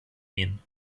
ihn